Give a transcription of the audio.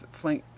flank